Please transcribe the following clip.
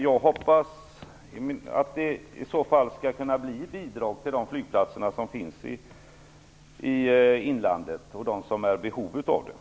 Jag hoppas att de flygplatser som finns i inlandet och de flygplatser som är i behov av det skall kunna få bidrag.